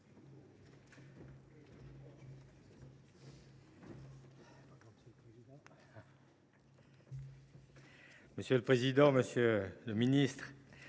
Monsieur le président, monsieur le ministre,